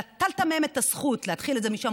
נטלת מהם את הזכות להתחיל את זה משם,